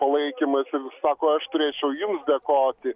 palaikymas ir sako aš turėčiau jums dėkoti